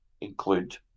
include